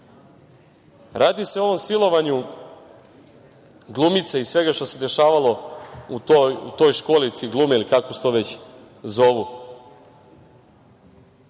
Radi se o silovanju glumice i svega što se dešavalo u toj školici glume ili kako se već zove.